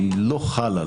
היא לא חלה,